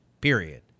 period